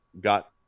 got